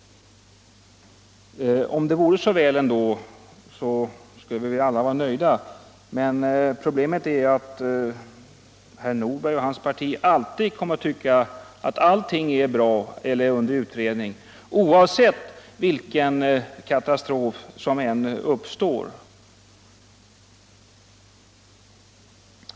Om det vore så väl skulle alla vara nöjda, men problemet är att herr Nordberg och hans parti alltid kommer att tycka att allting är bra eller under utredning, oavsett vilken katastrof som än skulle uppstå.